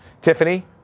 Tiffany